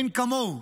אין כמוהו.